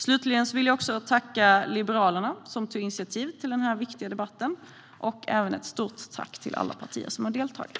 Slutligen vill jag tacka Liberalerna som tagit initiativ till denna viktiga debatt. Stort tack till alla partier som har deltagit!